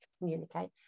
communicate